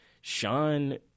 Sean